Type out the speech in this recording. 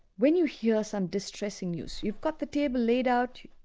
when you hear some distressing news, you've got the table laid out,